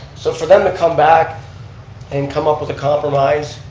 so for them to come back and come up with a compromise,